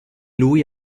lui